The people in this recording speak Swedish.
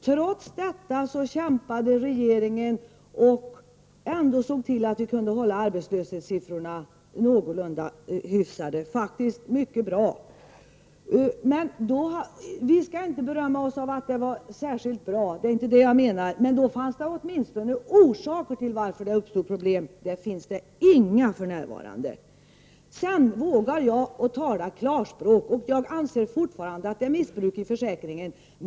Trots detta kämpade regeringen och såg till att vi kunde hålla arbetslöshetssiffrorna någorlunda nere, faktiskt mycket bra. Jag menar inte att vi skall berömma oss av att det var särskilt bra, men då fanns det åtminstone orsaker till att det uppstod problem. Det finns inga för närvarande. Jag vågar tala klarspråk, och jag anser fortfarande att det förekommer missbruk i sjukförsäkringen.